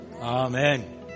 Amen